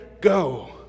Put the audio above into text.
go